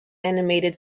animated